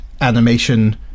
animation